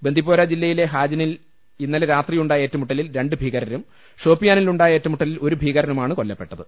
ബന്ദിപ്പോര ജില്ലയിലെ ഹാജ്നിൽ ഇന്നലെ രാത്രിയുണ്ടായ ഏറ്റുമുട്ടലിൽ രണ്ട് ഭ്രീകരരും ഷോപ്പിയാനിൽ ഉണ്ടായ ഏറ്റുമുട്ടലിൽ ഒരു ഭീകരനുമാണ് കൊല്ലപ്പെട്ടത്